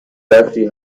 بخشی